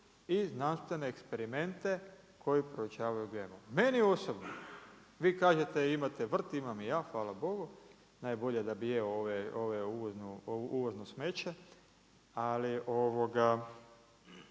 i znanstvene eksperimente koji proučavaju GMO. Meni osobno, vi kažete imate vrt, imam i ja, hvala Bogu, najbolje da bi jeo ovu uvozno smeće, ali kako